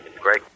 great